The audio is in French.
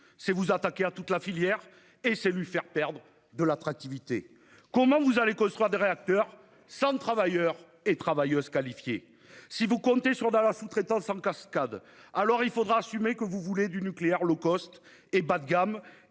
c'est vous attaquer à toute la filière et lui faire perdre en attractivité. Comment allez-vous construire des réacteurs sans travailleurs et travailleuses qualifiés ? Si vous comptez sur de la sous-traitance en cascade, alors il faudra assumer que vous voulez du nucléaire et bas de gamme,